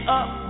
up